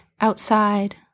Outside